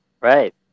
Right